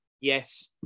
Yes